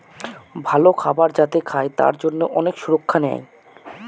ভালো খাবার যাতে খায় তার জন্যে অনেক সুরক্ষা নেয়